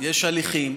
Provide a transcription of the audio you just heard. יש הליכים,